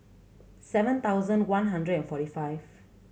seven thousand one hundred and forty five